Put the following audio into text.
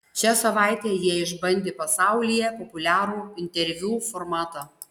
šią savaitę jie išbandė pasaulyje populiarų interviu formatą